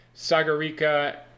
Sagarika